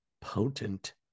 potent